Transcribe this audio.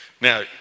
Now